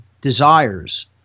desires